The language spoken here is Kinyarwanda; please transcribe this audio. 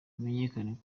bimenyekanye